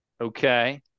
Okay